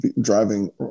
driving